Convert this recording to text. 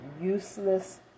useless